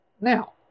Now